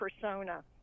persona